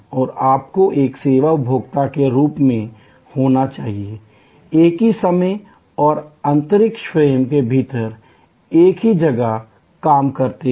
और आपको एक सेवा उपभोक्ता के रूप में होना चाहिए एक ही समय और अंतरिक्ष फ्रेम के भीतर एक ही जगह काम करते हैं